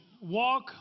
walk